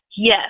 Yes